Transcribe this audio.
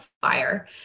fire